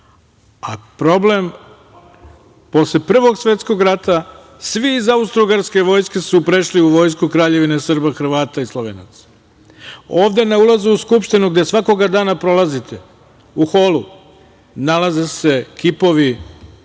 Posle Prvog svetskog rata svi iz austrougarske vojske su prešli u vojsku Kraljevine Srba, Hrvata i Slovenaca. Ovde na ulazu u Skupštinu, gde svakoga dana prolazite, u holu nalaze se kipovi Tomislava,